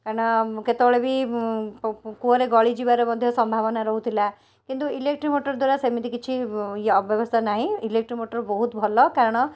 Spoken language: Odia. କାହିଁକିନା କେତେବେଳେ ବି କୂଅରେ ଗଳିଯିବାର ମଧ୍ୟ ସମ୍ଭାବନା ରହୁଥିଲା କିନ୍ତୁ ଇଲେକ୍ଟ୍ରିକ ମଟର ଦ୍ୱାରା ସେମିତି କିଛି ଅବ୍ୟବସ୍ଥା ନାହିଁ ଇଲେକ୍ଟ୍ରିକ ମଟର ବହୁତ ଭଲ କାରଣ